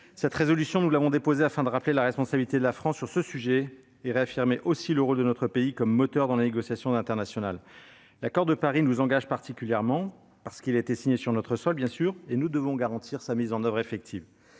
Cette résolution, nous l'avons déposée afin de rappeler la responsabilité de la France sur ce sujet et de réaffirmer aussi le rôle de notre pays comme moteur dans les négociations internationales. L'accord de Paris nous engage particulièrement, parce qu'il a été signé sur notre sol, et nous devons garantir sa mise en oeuvre effective.